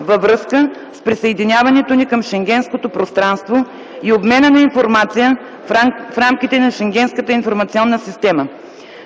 във връзка с присъединяването ни към Шенгенското пространство и обмена на информация в рамките на Шенгенската информационна система.